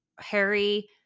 Harry